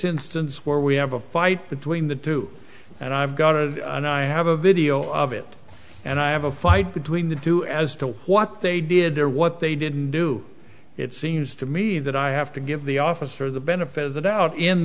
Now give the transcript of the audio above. instance where we have a fight between the two and i've got it and i have a video of it and i have a fight between the two as to what they did or what they didn't do it seems to me that i have to give the officer the benefit of the doubt in